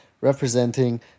representing